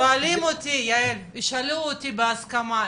ישאלו אותי בהסכמה,